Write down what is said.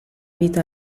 vita